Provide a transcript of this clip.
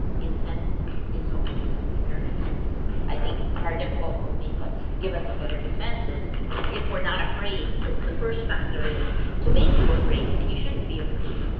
intent is always there. and i think part of what will make us, give us a better defense is if we're not afraid. because the first factor is to make you afraid. and you shouldn't be afraid.